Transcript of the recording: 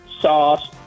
sauce